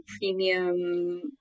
premium